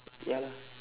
ya lah